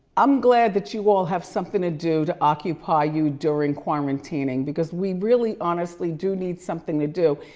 i'm glad that you all have something to do to occupy you during quarantining, because we really honestly do need something to do.